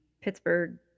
Pittsburgh